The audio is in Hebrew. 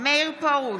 מאיר פרוש,